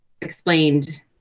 explained